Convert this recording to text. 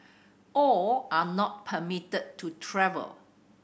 all are not permitted to travel